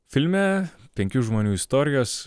filme penkių žmonių istorijos